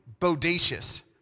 bodacious